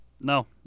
no